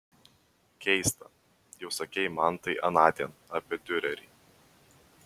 keista jau sakei man tai anądien apie diurerį